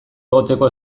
egoteko